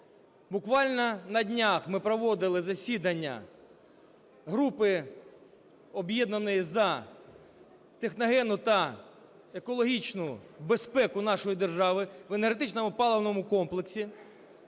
Буквально на днях ми проводили засідання групи об'єднаної за техногенну та екологічну безпеку нашої держави в енергетично-паливному комплексні